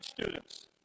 students